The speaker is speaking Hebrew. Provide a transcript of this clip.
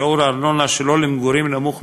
השוטרים שלך ביס"מ נכנסים,